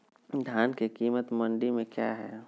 धान के कीमत मंडी में क्या है?